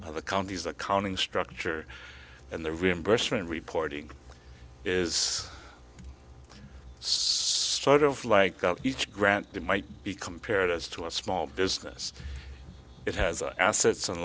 the counties accounting structure and the reimbursement reporting is sort of like each grant that might be compared as to a small business it has assets and